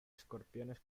escorpiones